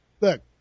look